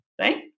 right